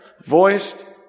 voiced